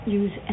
use